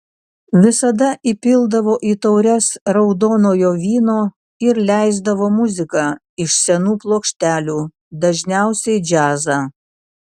visada įpildavo į taures raudonojo vyno ir leisdavo muziką iš senų plokštelių dažniausiai džiazą